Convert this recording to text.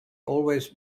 always